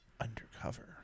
Undercover